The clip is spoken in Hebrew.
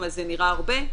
אז זה נראה הרבה,